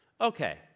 Okay